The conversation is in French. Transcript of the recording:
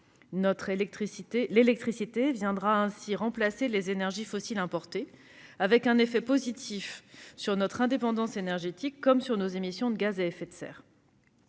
L'électricité viendra ainsi remplacer les énergies fossiles importées, avec un effet positif sur notre indépendance énergétique comme sur nos émissions de gaz à effet de serre.